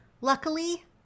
Luckily